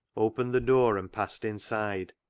opened the door, and passed inside.